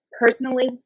personally